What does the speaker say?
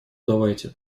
давайте